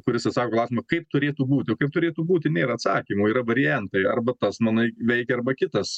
kuris atsako į klausimą kaip turėtų būti o kaip turėtų būti nėra atsakymo yra variantai arba tas manai veikia arba kitas